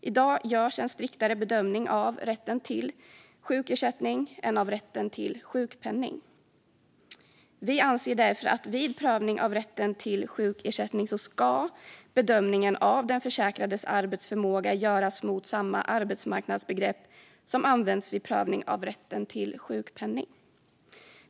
I dag görs en striktare bedömning av rätten till sjukersättning än av rätten till sjukpenning. Vi anser därför att vid prövning av rätten till sjukersättning ska bedömningen av den försäkrades arbetsförmåga göras mot samma arbetsmarknadsbegrepp som används vid prövning av rätten till sjukpenning.